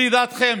לידיעתכם,